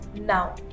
now